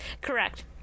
correct